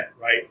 right